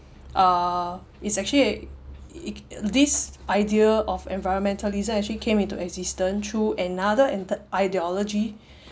uh it's actually a this idea of environmentalism actually came into existence through another enter~ ideology